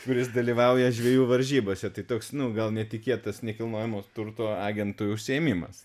kuris dalyvauja žvejų varžybose tai toks nu gal netikėtas nekilnojamo turto agentui užsiėmimas